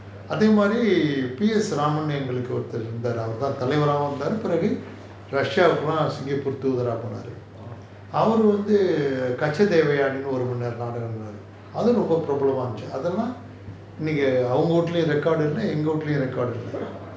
orh